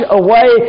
away